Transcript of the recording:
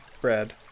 bread